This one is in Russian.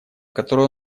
которое